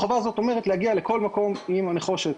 החובה הזאת אומרת להגיע לכל מקום עם הנחושת.